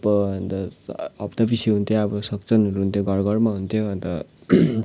अब अन्त हप्ता पछि हुन्थ्यो अब सत्सङ्गहरू हुन्थ्यो घर घरमा हुन्थ्यो अन्त